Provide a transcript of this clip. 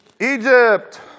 Egypt